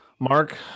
Mark